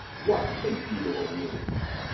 what think ye of a wound?